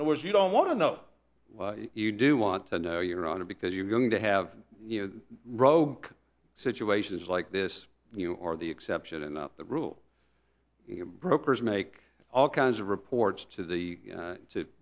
and it was you don't want to know you do want to know your honor because you're going to have rogue situations like this you are the exception and not the rule brokers make all kinds of reports to the